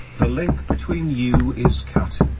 the link between you is cut.